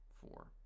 four